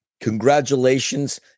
congratulations